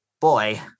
boy